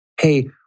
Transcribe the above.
hey